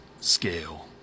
scale